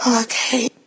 Okay